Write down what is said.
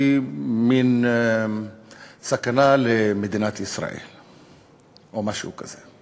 מין סכנה למדינת ישראל או משהו כזה.